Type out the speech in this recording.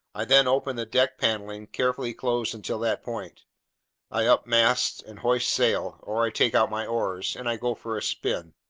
i then open the deck paneling, carefully closed until that point i up mast and hoist sail or i take out my oars and i go for a spin.